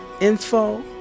Info